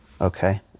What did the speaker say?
Okay